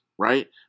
Right